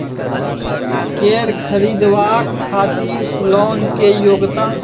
कैर खरीदवाक खातिर लोन के योग्यता?